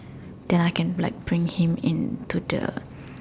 then I can like bring him in to the